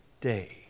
day